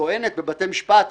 טוענת בבתי משפט,